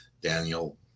daniel